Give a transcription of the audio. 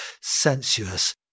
sensuous